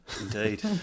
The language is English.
Indeed